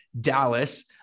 Dallas